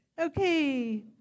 Okay